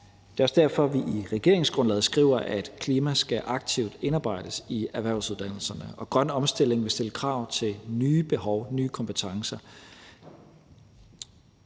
Det er også derfor, vi i regeringsgrundlaget skriver, at klima aktivt skal indarbejdes i erhvervsuddannelserne, og at den grønne omstilling vil stille krav til nye behov og kompetencer.